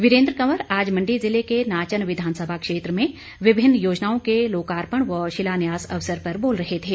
वीरेन्द्र कंवर आज मंडी ज़िले के नाचन विधानसभा क्षेत्र में विभिन्न योजनाओं के लोकार्पण व शिलान्यास अवसर पर बोल रहे थे